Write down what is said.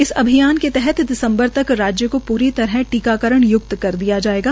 इस अभियान के तहत दिसम्बर तक राज्य को पूरी तरह टीकाकरण य्क्त कर दिया जायेगा